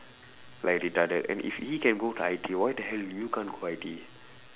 like retarded and if he can go to I_T_E why the hell you can't go I_T_E